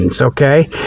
okay